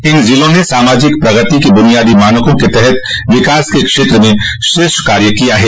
इन जिलों ने सामाजिक प्रगति के बुनियादी मानका के तहत विकास के क्षेत्र में श्रेष्ठ कार्य किया है